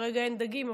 כרגע אין דגים,